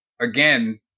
Again